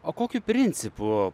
o kokiu principu